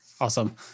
Awesome